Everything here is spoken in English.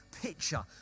picture